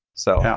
so,